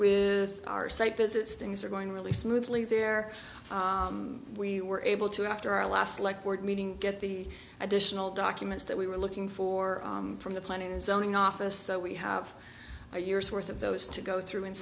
with our site visits things are going really smoothly there we were able to after our last like board meeting get the additional documents that we were looking for from the planning and zoning office so we have a year's worth of those to go through in